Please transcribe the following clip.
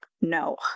no